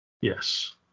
Yes